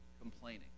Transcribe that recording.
complaining